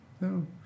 no